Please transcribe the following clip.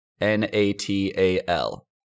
N-A-T-A-L